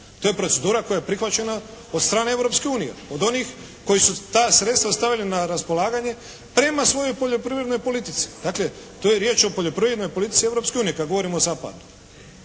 To je procedura koja je prihvaćena od strane Europske unije, od onih koji su ta sredstva stavili na raspolaganje prema svojoj poljoprivrednoj politici. Dakle tu je riječ o poljoprivrednoj politici Europske unije kada